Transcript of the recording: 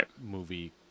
movie